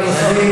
אז ועדת הכלכלה.